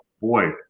boy